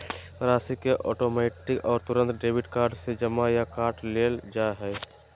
राशि के ऑटोमैटिक और तुरंत डेबिट कार्ड से जमा या काट लेल जा हइ